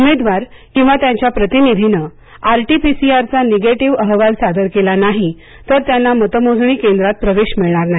उमेदवार किंवा त्याच्या प्रतिनिधीन आरटीपीसीआरचा निगेटिव्ह अहवाल सादर केला नाही तर त्यांना मतमोजणी केंद्रात प्रवेश मिळणार नाही